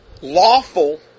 lawful